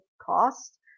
cost